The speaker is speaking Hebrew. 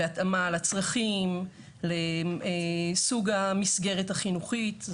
בהתאמה לצרכים לסוג המסגרת החינוכית.